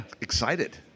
excited